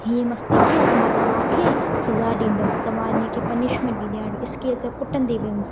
हीअ मस्ती की आहे त मां तव्हांखे सजा ॾींदमि त मां हिन खे पनिशमेंट ॾींदी आहियां स्केल सां कुटंदी बि हुयमि